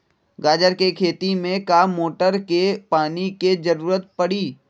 गाजर के खेती में का मोटर के पानी के ज़रूरत परी?